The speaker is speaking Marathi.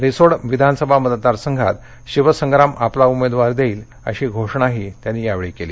रिसोड विधानसभा मतदार संघात शिवसंग्राम आपला उमेदवार देईल अशी घोषणाही त्यांनी यावेळी केली